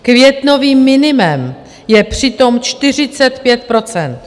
Květnovým minimem je přitom 45 %.